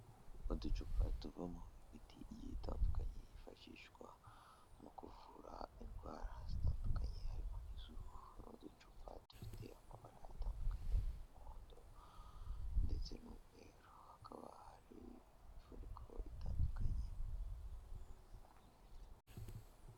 Uducupa tuvamo imiti igiye itandukanye yifashishwa mu kuvura indwara zitandukanye, harimo n'iz'uruhu. Ni uducupa dufite amabara atandukanye arimo umuhondo ndetse n'umweru. Hakaba hari imifuniko itandukanye.